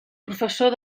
professor